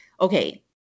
okay